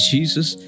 Jesus